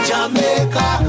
Jamaica